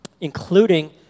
including